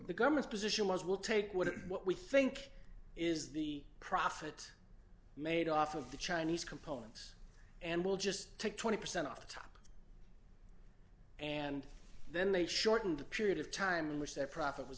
the government's position was will take what what we think is the profit made off of the chinese components and we'll just take twenty percent off the top and then they shortened the period of time in which their profit was